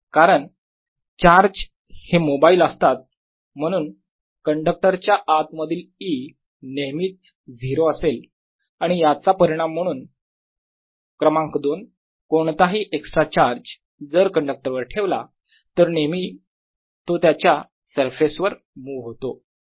कारण चार्ज हे मोबाईल असतात म्हणून कंडक्टर च्या आत मधील E नेहमीच 0 असेल आणि याचा परिणाम म्हणून क्रमांक 2 कोणताही एक्स्ट्रा चार्ज जर कंडक्टर वर ठेवला तर तो नेहमी त्याच्या सरफेसवर मुव्ह होतो